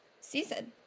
season